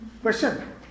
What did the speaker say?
question